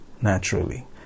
naturally